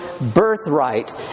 birthright